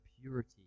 purity